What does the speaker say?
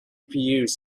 gpus